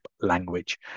language